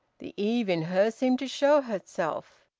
the eve in her seemed to show herself,